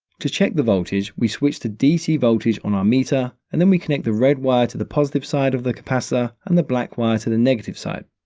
to check the voltage, we switch to dc voltage on our meter, and then we connect the red wire to the positive side of the capacitor and the black wire to the negative side.